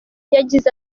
yagize